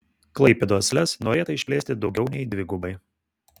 klaipėdos lez norėta išplėsti daugiau nei dvigubai